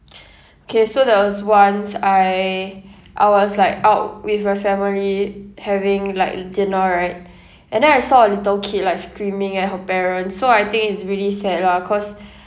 okay so there was once I I was like out with my family having like dinner right and then I saw a little kid like screaming at her parents so I think it's really sad lah cause